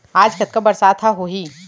आज कतका बरसात ह होही?